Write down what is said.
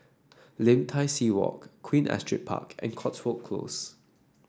Lim Tai See Walk Queen Astrid Park and Cotswold Close